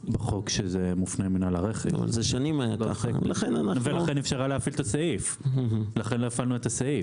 בחוק שזה מופנה למינהל - לכן לא הפעלנו את הסעיף.